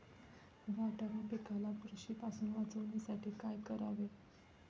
वाटाणा पिकाला बुरशीपासून वाचवण्यासाठी काय करावे?